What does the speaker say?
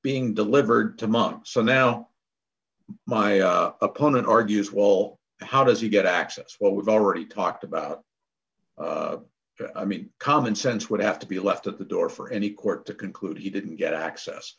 being delivered to months so now my opponent argues wall how does he get access what we've already talked about i mean common sense would have to be left at the door for any court to conclude he didn't get access